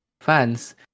fans